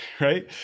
Right